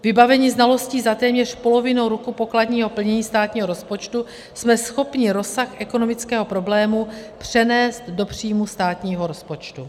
Vybaveni znalostí za téměř polovinu roku pokladního plnění státního rozpočtu jsme schopni rozsah ekonomického problému přenést do příjmů státního rozpočtu.